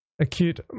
acute